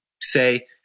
say